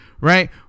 right